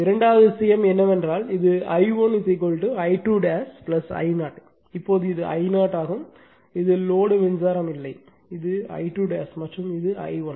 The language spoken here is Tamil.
இரண்டாவது விஷயம் என்னவென்றால் இது I1 I2 I0 இப்போது இது I0 ஆகும் இது லோடு மின்சாரம் இல்லை இது I2 மற்றும் இது I1